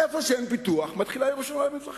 איפה שאין פיתוח, מתחילה ירושלים המזרחית.